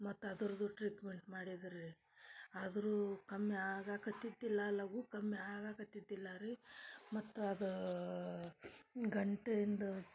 ಮತ್ತು ಅದರದ್ದು ಟ್ರೀಟ್ಮೆಂಟ್ ಮಾಡಿದ್ರು ರೀ ಆದರೂ ಕಮ್ಮಿ ಆಗಕತ್ತಿದ್ದಿಲ್ಲ ಲಘು ಕಮ್ಮಿ ಆಗಕತ್ತಿದ್ದಿಲ್ಲ ರೀ ಮತ್ತು ಅದು ಗಂಟಿಂದು